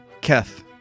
Keth